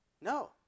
No